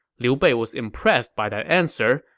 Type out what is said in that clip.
liu bei was impressed by that answer,